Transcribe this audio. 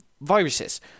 viruses